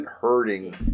hurting